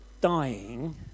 dying